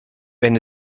wenn